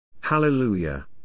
Hallelujah